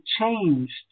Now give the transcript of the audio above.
changed